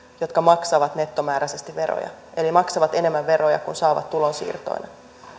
jotka maksavat nettomääräisesti veroja eli maksavat enemmän veroja kuin saavat tulonsiirtoina